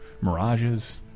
Mirages